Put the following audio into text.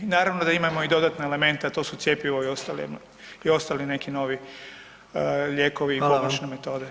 Naravno da imamo i dodatne elemente, a to su cjepivo i ostale neki novi lijekovi i pomoćne metode.